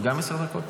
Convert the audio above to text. גם עשר דקות?